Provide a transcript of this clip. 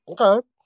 Okay